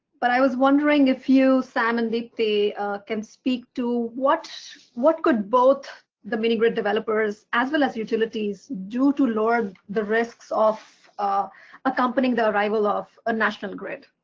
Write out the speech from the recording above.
but i was wondering if you, sam and dipti can speak to what what could both the mini-grid developers as well as utilities do to lower the risks of accompanying the arrival of a national grid?